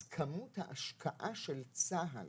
אז כמות ההשקעה של צה"ל